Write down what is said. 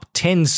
ten